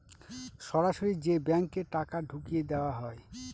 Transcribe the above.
সরাসরি যে ব্যাঙ্কে টাকা ঢুকিয়ে দেওয়া হয়